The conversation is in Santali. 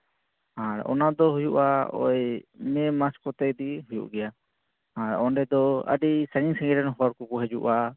ᱟᱨ ᱚᱱᱟ ᱫᱚ ᱦᱩᱭᱩᱜᱼᱟ ᱳᱭ ᱢᱮᱹ ᱢᱟᱥ ᱠᱚᱛᱮ ᱜᱮ ᱦᱩᱭᱩᱜ ᱜᱮᱭᱟ ᱟᱨ ᱚᱸᱰᱮ ᱫᱚ ᱟᱹᱰᱤ ᱥᱟᱺᱜᱤᱧ ᱥᱟᱺᱜᱤᱧ ᱨᱮᱱ ᱦᱚᱲ ᱠᱚᱠᱚ ᱦᱤᱡᱩᱜᱼᱟ